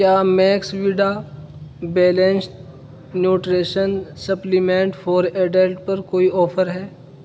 کیا mix vida balanced nutrition supplement for adult پر کوئی آفر ہے